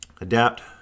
Adapt